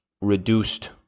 reduced